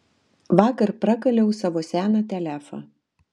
vakar prakaliau savo seną telefą